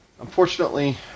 Unfortunately